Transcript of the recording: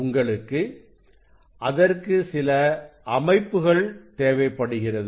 உங்களுக்கு அதற்கு சில அமைப்புகள் தேவைப்படுகிறது